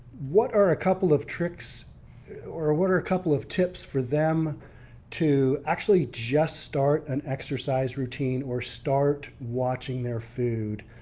what are a couple of tricks or what are a couple of tips for them to actually just start an exercise routine or start watching their food?